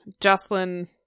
Jocelyn